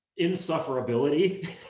insufferability